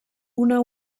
una